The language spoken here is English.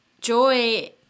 joy